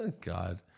God